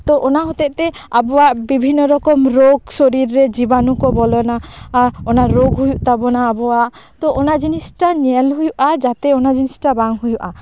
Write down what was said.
ᱛᱚ ᱚᱱᱟ ᱦᱚᱛᱮᱡ ᱛᱮ ᱟᱵᱚᱣᱟᱜ ᱵᱤᱵᱷᱤᱱᱱᱚ ᱨᱚᱠᱚᱢ ᱨᱳᱜᱽ ᱥᱚᱨᱤᱨ ᱨᱮ ᱡᱤᱵᱟᱱᱩ ᱠᱚ ᱵᱚᱞᱚᱱᱟ ᱟᱨ ᱚᱱᱟ ᱨᱳᱜᱽ ᱦᱩᱭᱩᱜ ᱛᱟᱵᱚᱱᱟ ᱟᱵᱚᱣᱟᱜ ᱛᱚ ᱚᱱᱟ ᱡᱤᱱᱤᱥ ᱴᱟ ᱧᱮᱞ ᱦᱩᱭᱩᱜᱼᱟ ᱡᱟᱛᱮ ᱚᱱᱟ ᱡᱤᱱᱤᱥ ᱴᱟ ᱵᱟᱝ ᱦᱩᱭᱩᱜᱼᱟ